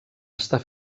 estar